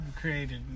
created